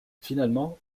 finalement